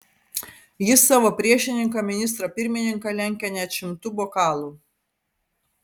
jis savo priešininką ministrą pirmininką lenkia net šimtu bokalų